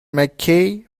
مککی